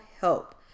help